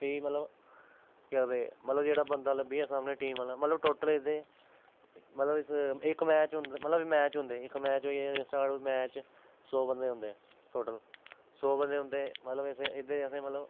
फ्ही मतलब केह् आखदे मतलब जेहड़ा बंदा लब्भी जा सामनै टीम आह्ला अपने मतलब टोटल एह्दे मतलब इस इक मैच होंदा मतलब मैच होंदे इक मैच होई गेआ स्टाट मैच सौ बंदे होंदे टोटल सौ बंदे होंदे मतलब असें इं'दे अस मतलब